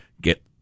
get